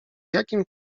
jakim